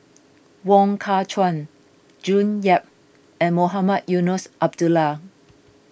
Wong Kah Chun June Yap and Mohamed Eunos Abdullah